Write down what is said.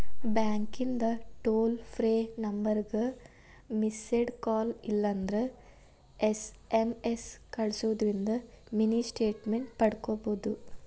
ಬ್ಯಾಂಕಿಂದ್ toll free ನಂಬರ್ಗ missed call ಇಲ್ಲಂದ್ರ ಎಸ್.ಎಂ.ಎಸ್ ಕಲ್ಸುದಿಂದ್ರ ಮಿನಿ ಸ್ಟೇಟ್ಮೆಂಟ್ ಪಡ್ಕೋಬೋದು